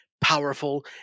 powerful